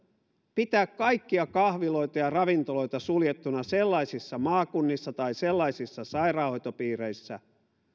pitää kaikkia kahviloita ja ravintoloita suljettuina sellaisissa maakunnissa tai sellaisissa sairaanhoitopiireissä